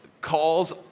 calls